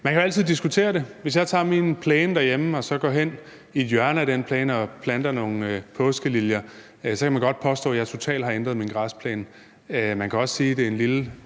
man kan jo altid diskutere det. Hvis jeg går hen i et hjørne af min plæne derhjemme og planter nogle påskeliljer der, kan man godt påstå, at jeg totalt har ændret min græsplæne. Man kan også sige, at det er en lille